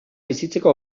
bizitzeko